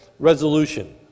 Resolution